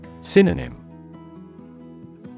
Synonym